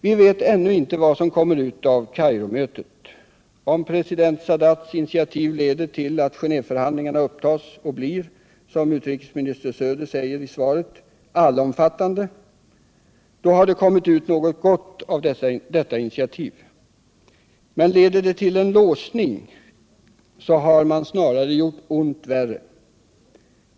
Vi vet ännu inte vad som kommer ut av Kairomötet. Om president Sadats initiativ leder till att Genéveförhandlingarna upptas och blir, som utrikesminister Söder säger i svaret, allomfattande — då har det kommit ut något gott av detta initiativ. Men leder det till en låsning har man snarare gjort ont värre.